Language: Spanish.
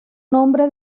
nombre